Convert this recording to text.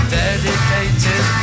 dedicated